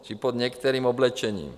I pod některým oblečením.